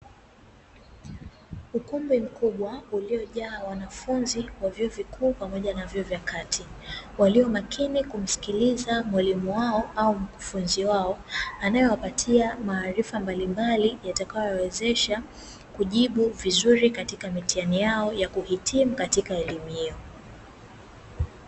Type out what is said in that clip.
Ukumbi mkubwa uliojaa wanafunzi wa vyuo vikuu pamoja na vyuo vya kati, walio makini kumsikilia mwalimu wao au mkufunzi wao anaewapatia maarifa mbalimbali, yatakayowawezesha kujibu vizuri katika mitihani yao ya kuhitimu katika elimu hiyo.